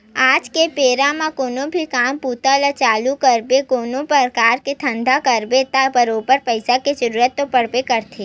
आज के बेरा म कोनो भी काम बूता ल चालू करबे कोनो परकार के धंधा करबे त बरोबर पइसा के जरुरत तो पड़बे करथे